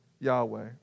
Yahweh